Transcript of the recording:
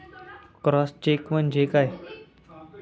Cross check म्हणजे काय?